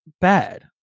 bad